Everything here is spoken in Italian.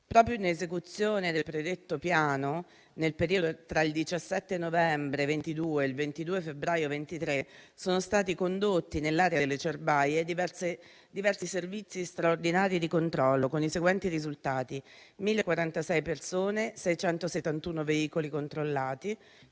Proprio in esecuzione del predetto piano, nel periodo tra il 17 novembre 2022 e il 22 febbraio 2023, sono stati condotti nell'area delle Cerbaie diversi servizi straordinari di controllo, con i seguenti risultati: 1.046 persone, 671 veicoli controllati,